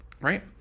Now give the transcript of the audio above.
Right